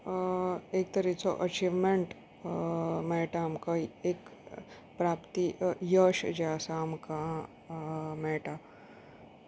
एक तरेचो अचीव्हमेंट मेळटा आमकां एक प्राप्ती यश जे आसा आमकां मेळटा